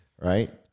Right